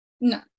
No